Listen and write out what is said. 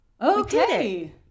Okay